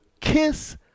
kiss